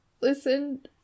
listen